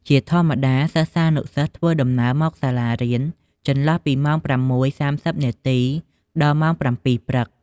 ជាធម្មតា សិស្សានុសិស្សធ្វើដំណើរមកដល់សាលារៀនចន្លោះពីម៉ោង ៦:៣០នាទី ដល់ម៉ោង ៧:០០ ព្រឹក។